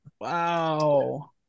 wow